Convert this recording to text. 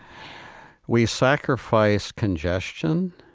we sacrifice congestion,